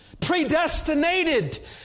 Predestinated